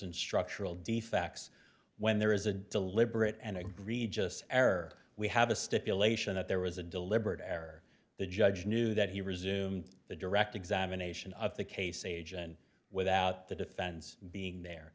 and structural defects when there is a deliberate and egregious error we have a stipulation that there was a deliberate error the judge knew that he resume the direct examination of the case agent without the defense being there